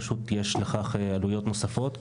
פשוט יש לכך עלויות נוספות,